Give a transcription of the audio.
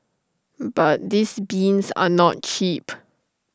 but these bins are not cheap